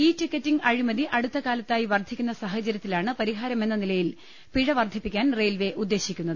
E ticketing അഴിമതി അടുത്തകാലത്തായി വർദ്ധിക്കുന്ന സാഹചര്യത്തിലാണ് പരി ഹാരമെന്ന നിലയിൽ പിഴ വർദ്ധിപ്പിക്കാൻ റെയിൽവേ ഉദ്ദേശിക്കുന്നത്